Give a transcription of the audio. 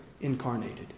incarnated